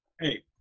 hey